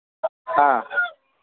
ꯍꯥ